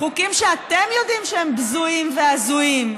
חוקים שאתם יודעים שהם בזויים והזויים.